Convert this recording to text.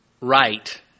right